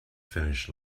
finish